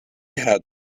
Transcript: had